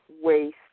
waste